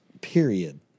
period